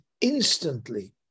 instantly